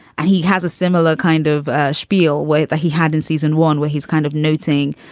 and he has a similar kind of schpiel weight that he had in season one, where he's kind of noting,